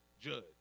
judge